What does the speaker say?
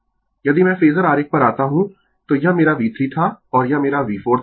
Refer Slide Time 1408 यदि मैं phasor आरेख पर आता हूं तो यह मेरा V3 था और यह मेरा V4 था